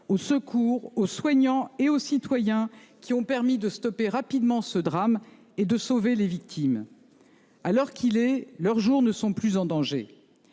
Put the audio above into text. Au secours aux soignants et aux citoyens qui ont permis de stopper rapidement ce drame et de sauver les victimes. Alors qu'il est. Leurs jours ne sont plus en danger.